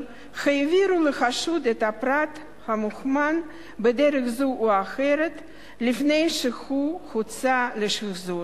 העבירו לחשוד את הפרט המוכמן בדרך זו או אחרת לפני שהוא הוצא לשחזור.